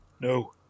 No